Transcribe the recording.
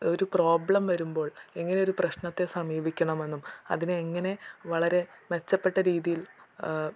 ഒരു പ്രോബ്ലം വരുമ്പോൾ എങ്ങനെ ഒരു പ്രശ്നത്തെ സമീപിക്കണമെന്നും അതിനെ എങ്ങനെ വളരെ മെച്ചപ്പെട്ട രീതിയിൽ